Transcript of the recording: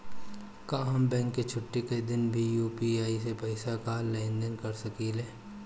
का हम बैंक के छुट्टी का दिन भी यू.पी.आई से पैसे का लेनदेन कर सकीले?